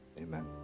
amen